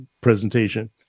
presentation